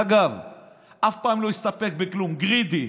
אף פעם לא הסתפק בכלום, גרידי.